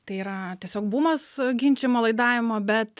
tai yra tiesiog bumas ginčijamo laidavimo bet